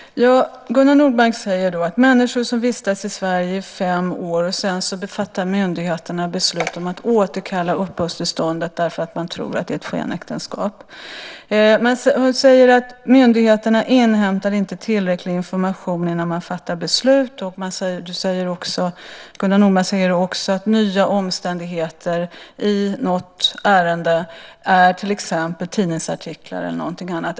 Herr talman! Gunnar Nordmark talar om fall där människor vistats i Sverige i fem år och där sedan myndigheterna fattar beslut om att återkalla uppehållstillståndet därför att man tror att det är ett skenäktenskap. Han säger också att myndigheterna inte inhämtar tillräcklig information innan man fattar beslut och att nya omständigheter i något ärende kan vara tidningsartiklar och annat.